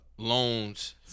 loans